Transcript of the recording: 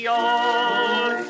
old